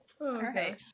Okay